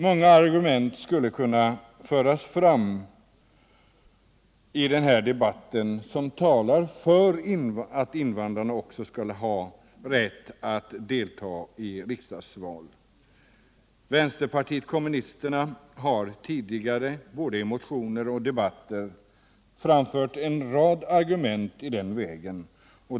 Många argument skulle kunna framföras i den här debatten som talar för att invandrarna också skall ha rätt att delta i riksdagsval. Vänsterpartiet kommunisterna har tidigare både i motioner och i debatter framfört en rad argument i den riktningen.